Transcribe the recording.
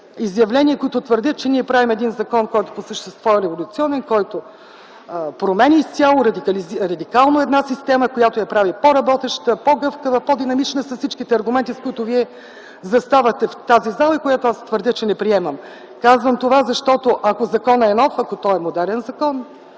изявления, които твърдят, че ние правим един закон, който по същество е революционен, който променя изцяло, радикално една система, което я прави по-работеща, по-гъвкава, по-динамична с всичките аргументи, с които Вие заставате в тази зала и която твърдя, че не приемам. Казвам това, защото ако законът е нов, ако той е модерен закон,